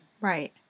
Right